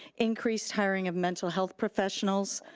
increased hiring of mental health professionals,